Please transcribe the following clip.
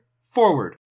forward